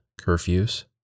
curfews